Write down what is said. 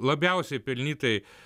labiausiai pelnytai